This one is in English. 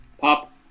pop